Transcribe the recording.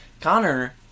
Connor